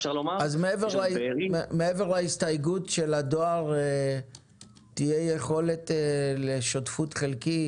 מעבר להסתייגות שלדואר תהיה יכולת לשותפות חלקית,